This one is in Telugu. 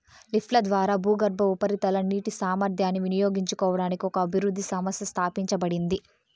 లిఫ్ట్ల ద్వారా భూగర్భ, ఉపరితల నీటి సామర్థ్యాన్ని వినియోగించుకోవడానికి ఒక అభివృద్ధి సంస్థ స్థాపించబడింది